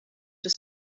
des